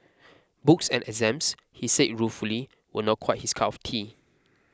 books and exams he says ruefully were not quite his cup of tea